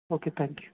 okay thank you